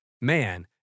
man